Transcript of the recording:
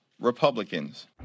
Republicans